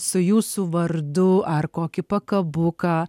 su jūsų vardu ar kokį pakabuką